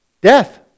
Death